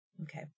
Okay